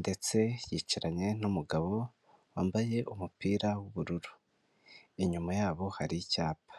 ndetse yicaranye n'umugabo wambaye umupira w'ubururu, inyuma yabo hari icyapa.